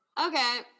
okay